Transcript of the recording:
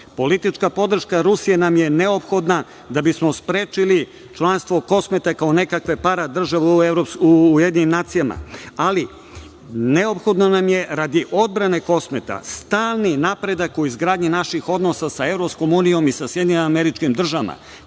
Politička podrška Rusije nam je neophodna da bismo sprečili članstvo Kosmeta kao nekakve paradržave u UN. Ali, neophodno nam je, radi odbrane Kosmeta, stalni napredak u izgradnji naših odnosa sa EU i sa SAD. Ko to danas